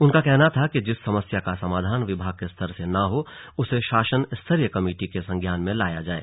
उनका कहना था कि जिस समस्या का समाधान विभाग के स्तर से न हो उसे शासन स्तरीय कमेटी के संज्ञान में लाया जाये